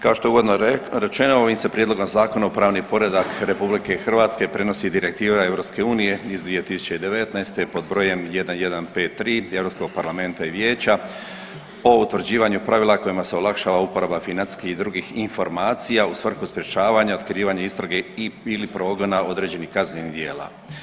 Kao što je uvodno rečeno ovim se prijedlogom zakona u pravni poredak RH prenosi Direktiva EU iz 2019. pod br. 1153 Europskog parlamenta i Vijeća o utvrđivanju pravila kojima se olakšava uporaba financijskih i drugih informacija u svrhu sprječavanja, otkrivanja istrage i/ili progona određenih kaznenih djela.